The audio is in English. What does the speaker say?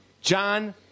John